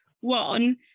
one